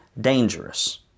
dangerous